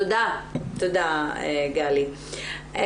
תודה גלי.